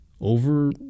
over